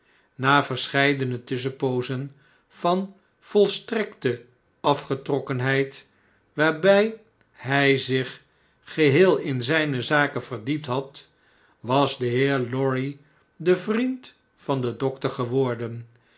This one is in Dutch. na verscheidene tusschenpoozen van volstrekte afgetrokkenheid waarbj hjj zich geheel in zjjne zaken verdiept had was de heer lorry de vriend van den dokter geworden